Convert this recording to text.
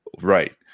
right